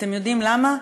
אתם יודעים למה?